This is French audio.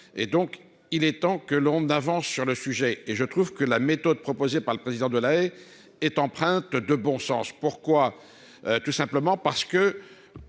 et donc il est temps que l'on d'avance sur le sujet et je trouve que la méthode proposée par le président de la elle est empreinte de bon sens: pourquoi, tout simplement parce que